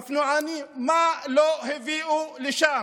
אופנוענים, מה לא הביאו לשם.